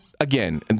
again